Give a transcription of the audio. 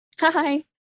Hi